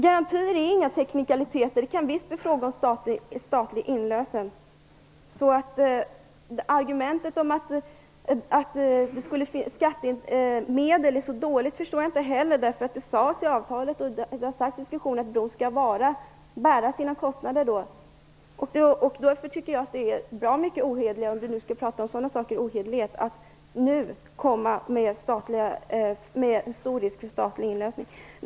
Garantier är inga teknikaliteter. Det kan visst bli fråga om statlig inlösen. Att argumentet skattemedel är så dåligt förstår jag inte heller. Det sades i avtalet och det har sagts i diskussioner att bron skall bära sina kostnader. Därför tycker jag att det är bra mycket ohederligare - om vi nu skall prata om ohederlighet - med den stora risken för statlig inlösen.